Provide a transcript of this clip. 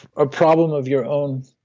a problem of your own